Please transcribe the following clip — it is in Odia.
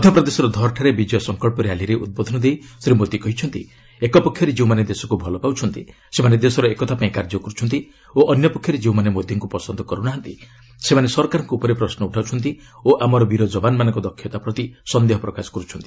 ମଧ୍ୟପ୍ରଦେଶର ଧର୍ ଠାରେ ବିଜୟ ସଙ୍କଳ୍ପ ର୍ୟାଲିରେ ଉଦ୍ବୋଧନ ଦେଇ ଶ୍ରୀ ମୋଦି କହିଛନ୍ତି ଏକ ପକ୍ଷରେ ଯେଉଁମାନେ ଦେଶକୁ ଭଲ ପାଉଛନ୍ତି ସେମାନେ ଦେଶର ଏକତା ପାଇଁ କାର୍ଯ୍ୟ କର୍ରଛନ୍ତି ଓ ଅନ୍ୟପକ୍ଷରେ ଯେଉଁମାନେ ମୋଦିଙ୍କ ପସନ୍ଦ କରୁ ନାହାନ୍ତି ସେମାନେ ସରକାରଙ୍କ ଉପରେ ପ୍ରଶ୍ନ ଉଠାଉଛନ୍ତି ଓ ଆମର ବୀର ଯବାନମାନଙ୍କ ଦକ୍ଷତା ପ୍ରତି ସନ୍ଦେହ ପ୍ରକାଶ କର୍ରଛନ୍ତି